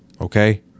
Okay